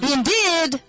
Indeed